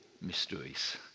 mysteries